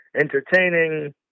entertaining